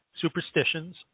superstitions